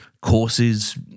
courses